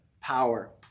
power